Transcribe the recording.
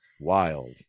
Wild